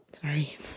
Sorry